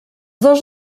dos